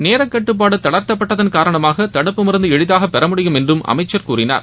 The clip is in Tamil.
நேரக்கட்டுப்பாடு தளர்த்தப்பட்டதன் காரணமாக தடுப்பு மருந்து எளிதாக பெறமுடியும் என்றும் அமைச்சர் கூறினார்